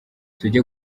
tujye